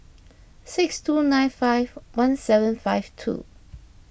six two nine five one seven five two